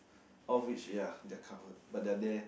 all of which ya they are covered but they are there